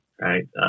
right